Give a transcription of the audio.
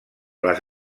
les